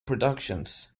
productions